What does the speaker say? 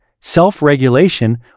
self-regulation